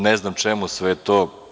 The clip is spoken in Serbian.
Ne znam čemu sve to.